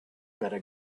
better